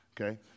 okay